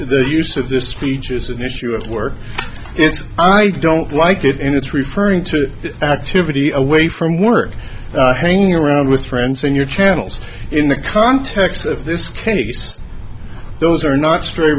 the use of this speech is an issue at work it's i don't like it and it's referring to the activity away from work hanging around with friends in your channels in the context of this case those are not st